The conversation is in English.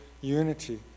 unity